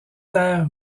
terres